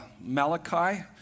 Malachi